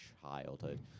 childhood